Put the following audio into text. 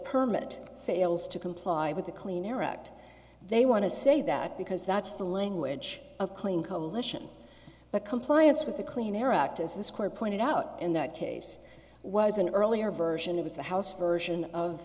permit fails to comply with the clean air act they want to say that because that's the language of clean coalition but compliance with the clean air act is the square pointed out in that case was an earlier version it was the house version of